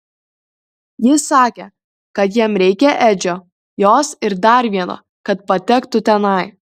jis sakė kad jam reikia edžio jos ir dar vieno kad patektų tenai